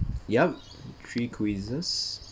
yup three quizzes